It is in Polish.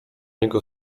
niego